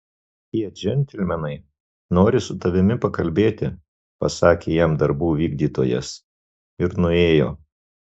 tie džentelmenai nori su tavimi pakalbėti pasakė jam darbų vykdytojas ir nuėjo